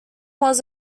was